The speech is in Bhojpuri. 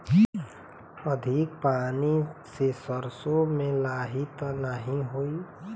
अधिक पानी से सरसो मे लाही त नाही होई?